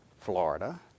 Florida